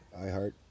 iHeart